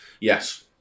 Yes